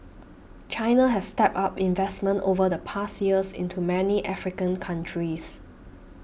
China has stepped up investment over the past years into many African countries